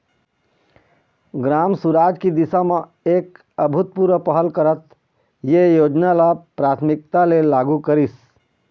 ग्राम सुराज की दिशा म एक अभूतपूर्व पहल करत ए योजना ल प्राथमिकता ले लागू करिस